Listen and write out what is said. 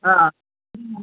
हा हूं हूं